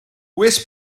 oes